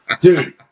Dude